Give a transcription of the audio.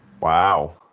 wow